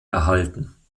erhalten